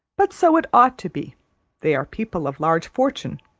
but so it ought to be they are people of large fortune,